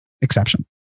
exception